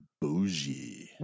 bougie